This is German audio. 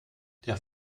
der